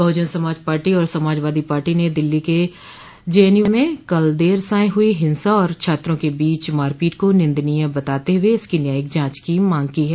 बहुजन Samaj party और Samajwadi party ने दिल्ली के जवाहर लाल नेहरू विश्वविद्यालय में कल देर सायं हुई हिंसा और छात्रों के बीच मारपीट को निंदनीय बताते हुए इसकी न्यायिक जांच की मांग की है